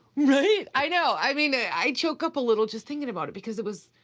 right? i know, i mean, i choke up a little just thinking about it, because it was.